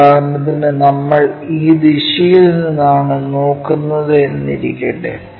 ഉദാഹരണത്തിന് നമ്മൾ ഈ ദിശയിൽ നിന്നാണ് നോക്കുന്നത് എന്നിരിക്കട്ടെ